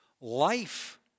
life